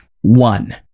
one